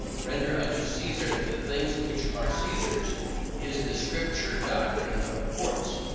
render unto caesar the things which are caesar's is the scripture doctrine of courts,